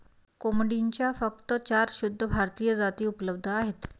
कोंबडीच्या फक्त चार शुद्ध भारतीय जाती उपलब्ध आहेत